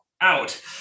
out